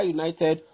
United